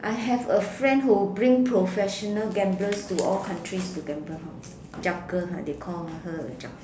I have a friend who bring professional gamblers to all countries to gamble hor they call her a